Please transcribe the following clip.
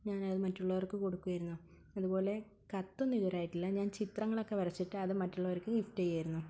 ഞാൻ അത് മറ്റുള്ളവർക്ക് കൊടുക്കുമായിരുന്നു അതുപോലെ കത്തൊന്നും ഇതുവരെ ആയിട്ടില്ല ഞാൻ ചിത്രങ്ങളൊക്കെ വരച്ചിട്ട് അത് മറ്റുള്ളവർക്ക് ഗിഫ്റ്റ് ചെയ്യുമായിരുന്നു